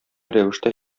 рәвештә